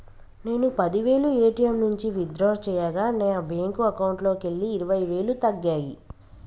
నేను పది వేలు ఏ.టీ.యం నుంచి విత్ డ్రా చేయగా నా బ్యేంకు అకౌంట్లోకెళ్ళి ఇరవై వేలు తగ్గాయి